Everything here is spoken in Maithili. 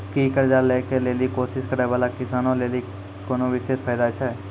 कि कर्जा लै के लेली कोशिश करै बाला किसानो लेली कोनो विशेष फायदा छै?